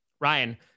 Ryan